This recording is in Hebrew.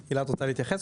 הילה, את רוצה להתייחס?